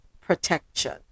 protection